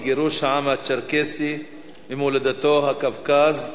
הצ'רקסי ממולדתו בקווקז,